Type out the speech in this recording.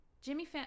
Jimmy